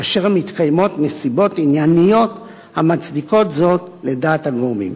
כאשר מתקיימות נסיבות ענייניות המצדיקות זאת לדעת הגורמים.